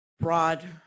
broad